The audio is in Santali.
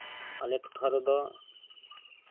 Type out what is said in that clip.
ᱟᱞᱮ ᱴᱚᱴᱷᱟ ᱨᱮᱫᱚ